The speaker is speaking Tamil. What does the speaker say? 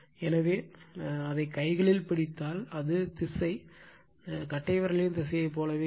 எனவே அதைக் கைகளில் பிடித்தால் அது திசை கட்டைவிரலின் திசையைப் போலவே இருக்கும்